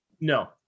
No